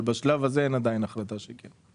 אבל בשלב הזה אין עדיין החלטה שכן.